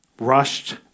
rushed